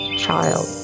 Child